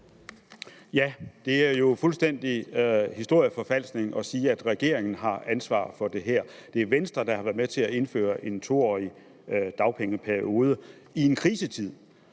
Ja, det er jo fuldstændig historieforfalskning at sige, at regeringen har ansvaret for det her. Det er Venstre, der har været med til at indføre en 2-årig dagpengeperiode i en krisetid.